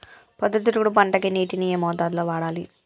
పొద్దుతిరుగుడు పంటకి నీటిని ఏ మోతాదు లో వాడాలి?